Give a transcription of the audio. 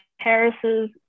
Paris's